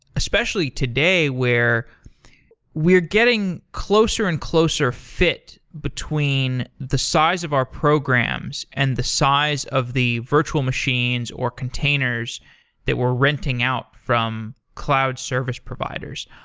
especially today where we are getting closer and closer fit between the size of our programs and the size of the virtual machines, or containers that we're renting out from cloud service providers.